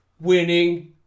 winning